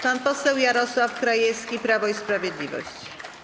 Pan poseł Jarosław Krajewski, Prawo i Sprawiedliwość.